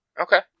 Okay